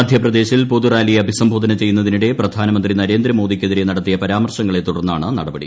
മധ്യപ്രദേശിൽ പൊതുറാലിയെ അഭിസംബോധന ചെയ്യുന്നതിനിടെ പ്രധാനമന്ത്രി നരേന്ദ്രമോദിക്കെതിരെ നടത്തിയ പരാമർശങ്ങളെ തുടർന്നാണ് നടപടി